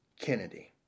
Kennedy